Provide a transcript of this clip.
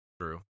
true